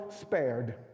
spared